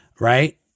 right